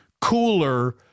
cooler